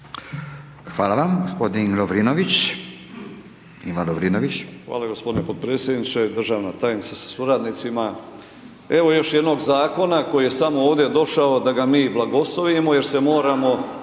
Hvala vam, g. Lovrinović.